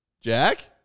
Jack